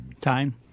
time